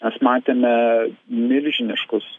mes matėme milžiniškus